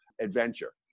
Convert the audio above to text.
adventure